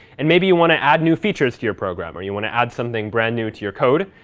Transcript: and maybe you want to add new features to your program, or you want to add something brand new to your code,